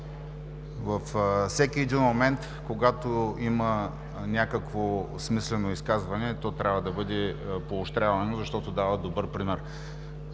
във всеки момент, когато има смислено изказване, то трябва да бъде поощрявано, защото дава добър пример.